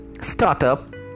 startup